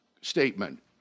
statement